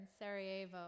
Sarajevo